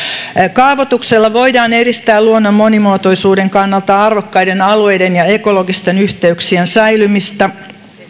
kaavoituksella voidaan edistää luonnon monimuotoisuuden kannalta arvokkaiden alueiden ja ekologisten yhteyksien säilymistä